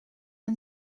een